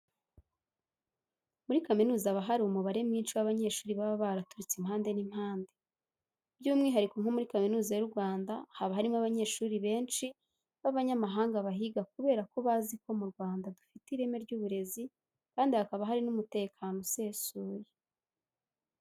Muri kaminuza haba hari umubare mwinshi w'abanyeshuri baba baraturutse impande n'impande. By'umwihariko nko muri Kaminuza y'u Rwanda haba harimo abanyeshuri benshi b'abanyamahanga bahiga kubera ko bazi ko mu Rwanda dufite ireme ry'uburezi kandi hakaba hari n'umutekano usesuye.